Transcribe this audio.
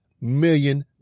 million